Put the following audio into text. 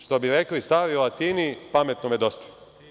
Što bi rekli stari Latini, pametnome dosta.